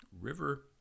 river